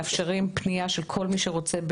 מאפשרים פנייה של כל מי שרוצה,